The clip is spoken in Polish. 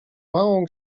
małą